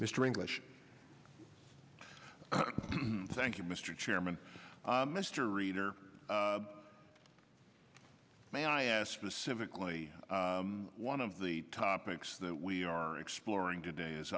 mr english thank you mr chairman mr reader may i ask specifically one of the topics that we are exploring today is